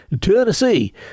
Tennessee